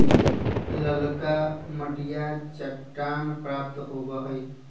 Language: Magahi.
ललका मटिया चट्टान प्राप्त होबा हई